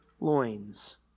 loins